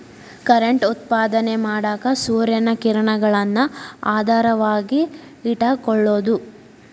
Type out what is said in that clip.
current ಉತ್ಪಾದನೆ ಮಾಡಾಕ ಸೂರ್ಯನ ಕಿರಣಗಳನ್ನ ಆಧಾರವಾಗಿ ಇಟಕೊಳುದು